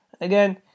Again